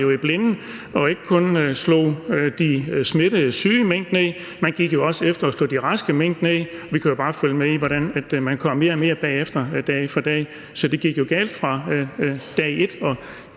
i blinde og ikke kun slog de smittede, syge mink ned, men jo også gik efter at slå de raske mink ned. Vi kan bare følge med i, hvordan man kom mere og mere bagefter dag for dag. Så det gik jo galt fra dag et, og